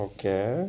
Okay